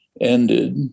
ended